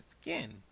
skin